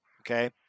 Okay